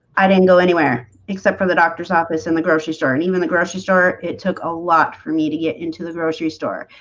i didn't go anywhere except for the doctor's office in the grocery store and even the grocery store it took a lot for me to get into the grocery store,